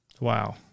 Wow